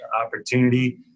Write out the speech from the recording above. opportunity